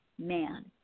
man